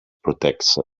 protects